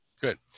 Good